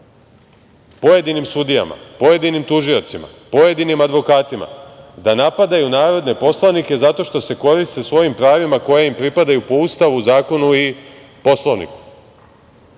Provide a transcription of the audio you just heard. pojedinim sudijama, pojedinim tužiocima, pojedinim advokatima da napadaju narodne poslanike zato što se koriste svojim pravima koje im pripada i po Ustavu, zakonu i Poslovniku?